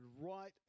right